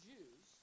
Jews